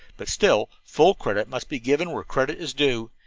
but still, full credit must be given where credit is due,